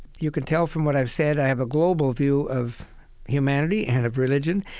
you can tell from what i've said i have a global view of humanity and of religion,